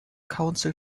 council